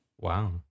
Wow